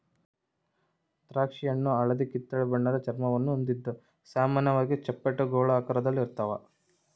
ದ್ರಾಕ್ಷಿಹಣ್ಣು ಹಳದಿಕಿತ್ತಳೆ ಬಣ್ಣದ ಚರ್ಮವನ್ನು ಹೊಂದಿದ್ದು ಸಾಮಾನ್ಯವಾಗಿ ಚಪ್ಪಟೆ ಗೋಳಾಕಾರದಲ್ಲಿರ್ತಾವ